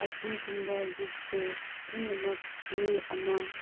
ꯑꯁꯤꯒꯨꯝꯕ ꯒ꯭ꯔꯨꯞꯁꯦ ꯄꯨꯝꯅꯃꯛ ꯃꯤ ꯑꯃ